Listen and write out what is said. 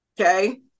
okay